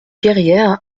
guerrière